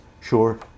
sure